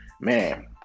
man